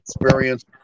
experience